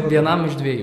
vienam iš dviejų